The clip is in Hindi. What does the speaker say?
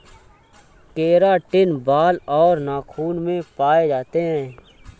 केराटिन बाल और नाखून में पाए जाते हैं